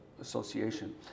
association